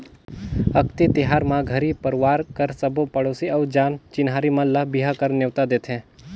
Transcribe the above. अक्ती तिहार म घरी परवार कर सबो पड़ोसी अउ जान चिन्हारी मन ल बिहा कर नेवता देथे